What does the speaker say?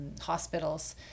hospitals